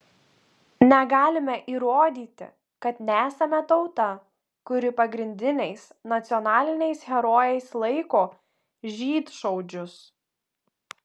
negalime įrodyti kad nesame tauta kuri pagrindiniais nacionaliniais herojais laiko žydšaudžius